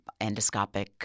endoscopic